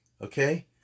Okay